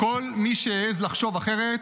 כל מי שהעז לחשוב אחרת,